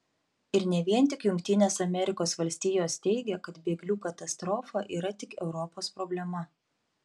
ir ne vien tik jungtinės amerikos valstijos teigia kad bėglių katastrofa yra tik europos problema